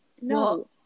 no